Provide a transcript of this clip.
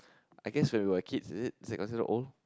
I guess when we were kids is it can consider old